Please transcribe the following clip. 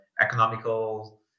economical